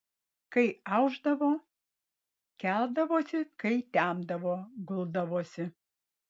kai aušdavo keldavosi kai temdavo guldavosi